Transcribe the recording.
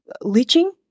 leaching